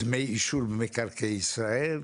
מדמי אישור ממקרקעי ישראל,